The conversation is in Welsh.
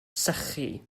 sychu